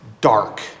dark